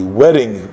wedding